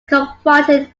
confronted